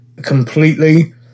Completely